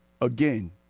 again